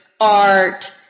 art